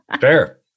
Fair